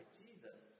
jesus